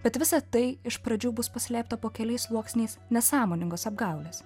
bet visa tai iš pradžių bus paslėpta po keliais sluoksniais nesąmoningos apgaulės